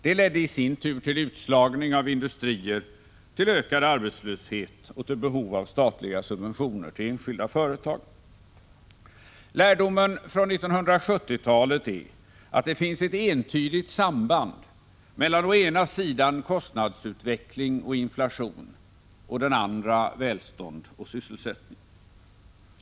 Det ledde i sin tur till utslagning av industrier, till ökad arbetslöshet och till behov av statliga subventioner till enskilda företag. Lärdomen från 1970-talet är att det finns ett entydigt samband mellan kostnadsutveckling och inflation å ena sidan och välstånd och sysselsättning å den andra sidan.